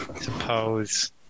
suppose